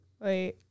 Wait